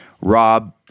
rob